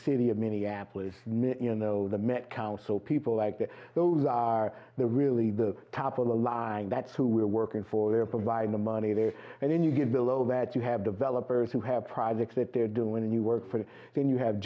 city of minneapolis you know the met council people like that those are the really the top of the line that's who we're working for they're providing the money there and then you get below that you have developers who have projects that they're doing and you work for them then you have